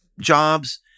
jobs